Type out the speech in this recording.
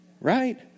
right